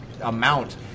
amount